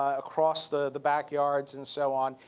ah across the the backyards and so on,